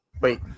Wait